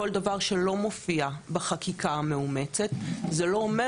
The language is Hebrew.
כל דבר שלא מופיע בחקיקה המאומצת זה לא אומר